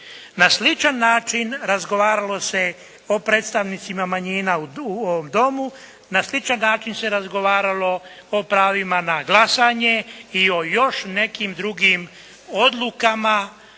Na sličan način razgovaralo se o predstavnicima manjina u ovom Domu. Na sličan način se razgovaralo o pravima na glasanje i o još nekim drugim odlukama